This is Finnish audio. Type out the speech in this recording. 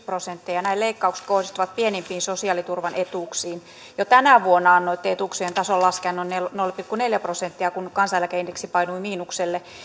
prosenttia ja nämä leikkaukset kohdistuvat pienimpiin sosiaaliturvan etuuksiin jo tänä vuonna annoitte etuuksien tason laskea noin nolla pilkku neljä prosenttia kun kansaneläkeindeksi painui miinukselle